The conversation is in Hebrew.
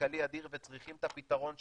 כלכלי אדיר והם צריכים את הפתרון שלכם,